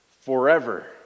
forever